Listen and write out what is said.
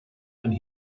and